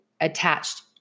attached